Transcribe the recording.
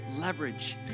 leverage